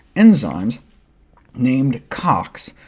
enzymes named cox,